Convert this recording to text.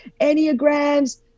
Enneagrams